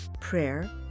prayer